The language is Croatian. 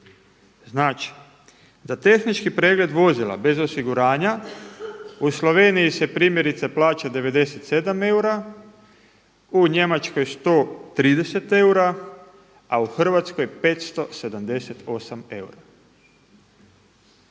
Znači za tehnički pregled vozila bez osiguranja u Sloveniji se primjerice plaća 97 eura, u Njemačkoj 130 eura, a u Hrvatskoj 578 eura.